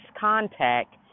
contact